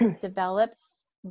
develops